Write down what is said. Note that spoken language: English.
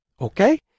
Okay